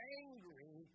angry